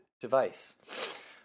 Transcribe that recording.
device